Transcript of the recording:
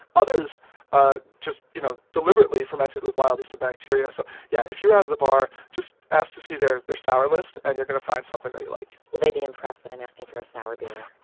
others ah just you know deliberately fermented with wild yeast and bacteria. so yeah if you're out at a bar, just ask to see their their sour list. and you're going to find something that you like will they be impressed that i'm asking for a sour beer?